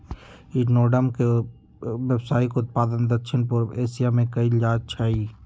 echinoderm के व्यावसायिक उत्पादन दक्षिण पूर्व एशिया में कएल जाइ छइ